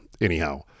anyhow